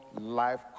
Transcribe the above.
life